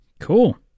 Cool